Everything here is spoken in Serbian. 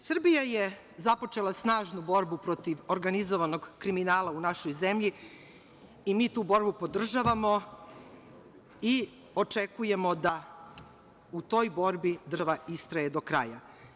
Srbija je započela snažnu borbu protiv organizovanog kriminala u našoj zemlji i mi tu borbu podržavamo i očekujemo da u toj borbi država istraje do kraja.